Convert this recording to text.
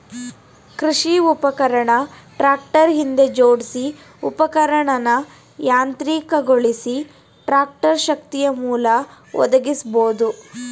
ಕೃಷಿ ಉಪಕರಣ ಟ್ರಾಕ್ಟರ್ ಹಿಂದೆ ಜೋಡ್ಸಿ ಉಪಕರಣನ ಯಾಂತ್ರಿಕಗೊಳಿಸಿ ಟ್ರಾಕ್ಟರ್ ಶಕ್ತಿಯಮೂಲ ಒದಗಿಸ್ಬೋದು